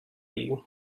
you